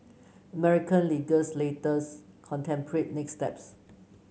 American legislators contemplate next steps